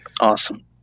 awesome